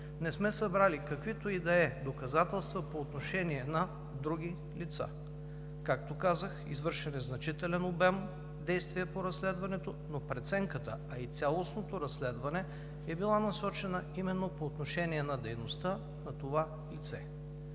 Не сме събрали каквито и да е доказателства по отношение на други лица. Както казах, извършен е значителен обем действия по разследването, но преценката, а и цялостното разследване е била насочена именно по отношение на дейността на това лице.